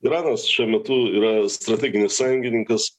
iranas šiuo metu yra strateginis sąjungininkas